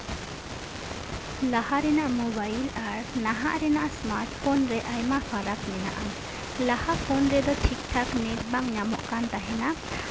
ᱞᱟᱦᱟ ᱨᱮᱱᱟᱜ ᱢᱳᱵᱟᱭᱤᱞ ᱟᱨ ᱱᱟᱦᱟᱜ ᱨᱮᱱᱟᱜ ᱥᱢᱟᱨᱴ ᱯᱷᱳᱱ ᱨᱮ ᱟᱭᱢᱟ ᱯᱷᱟᱨᱟᱠ ᱢᱮᱱᱟᱜᱼᱟᱹ ᱞᱟᱦᱟ ᱯᱷᱳᱱ ᱨᱮᱫᱚ ᱴᱷᱤᱠ ᱴᱷᱟᱠ ᱱᱮᱴ ᱵᱟᱝ ᱧᱟᱢᱚᱜ ᱠᱟᱱ ᱛᱟᱸᱦᱮᱱᱟ